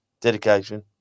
Dedication